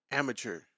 amateur